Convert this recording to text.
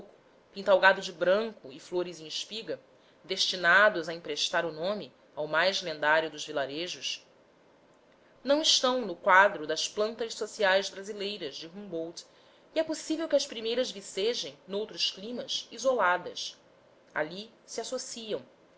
oco pintalgado de branco e flores em espigas destinados a emprestar o nome ao mais lendário dos vilarejos não estão no quadro das plantas sociais brasileiras de humboldt e é possível que as primeiras vicejem noutros climas isoladas ali se associam